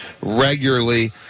regularly